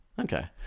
okay